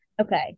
Okay